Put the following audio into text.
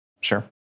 Sure